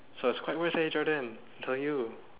so it's quite worth eh Jordan I'm telling you